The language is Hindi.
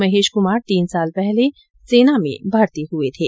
महेश कुमार तीन साल पहले सेना में भर्ती हुये थे